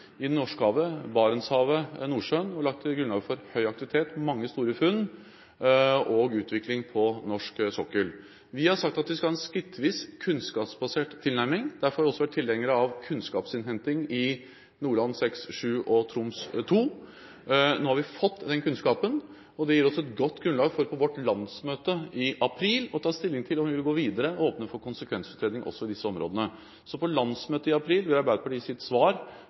i Norskehavet, i Barentshavet og i Nordsjøen, og lagt grunnlag for høy aktivitet, mange store funn og utvikling på norsk sokkel. Vi har sagt at vi skal ha en skrittvis, kunnskapsbasert tilnærming. Derfor har vi også vært tilhengere av kunnskapsinnhenting i forbindelse med Nordland VI og VII og Troms II. Nå har vi fått den kunnskapen, og det gir oss et godt grunnlag for på vårt landsmøte i april å ta stilling til om vi vil gå videre og åpne for konsekvensutredning også i disse områdene. Så på landsmøtet i april vil Arbeiderpartiet gi sitt svar